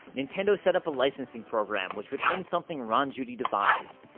nintendo set up a licensing program, which would earn something ron judy devised,